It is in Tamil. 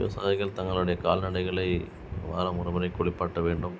விவசாயிகள் தங்களுடைய கால்நடைகளை வாரம் ஒரு முறை குளிப்பாட்ட வேண்டும்